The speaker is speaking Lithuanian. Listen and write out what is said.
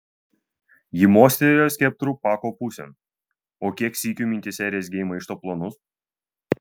ji mostelėjo skeptru pako pusėn o kiek sykių mintyse rezgei maišto planus